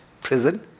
prison